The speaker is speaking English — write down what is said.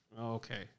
Okay